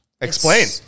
explain